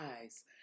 eyes